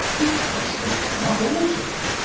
because they cannot alter it,